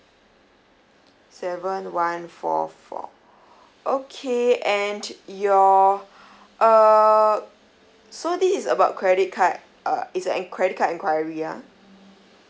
seven one four four okay and your uh so this is about credit card uh is a en~ credit card enquiry ah